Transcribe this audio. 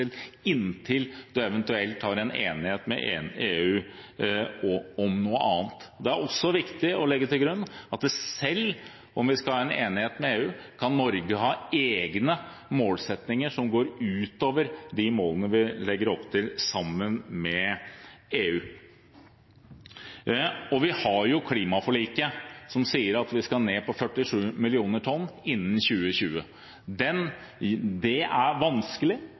inntil man eventuelt har en enighet med EU om noe annet. Det er også viktig å legge til grunn at selv om vi skal ha en enighet med EU, kan Norge ha egne målsettinger som går utover de målene vi legger opp til sammen med EU. Vi har klimaforliket, som sier at vi skal ned til 47 mill. tonn innen 2020. Det er vanskelig,